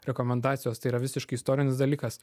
rekomendacijos tai yra visiškai istorinis dalykas